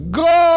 go